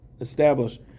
establish